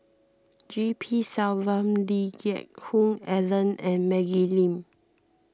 G P Selvam Lee Geck Hoon Ellen and Maggie Lim